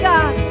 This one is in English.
God